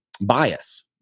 bias